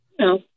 no